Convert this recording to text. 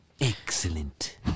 Excellent